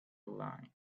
line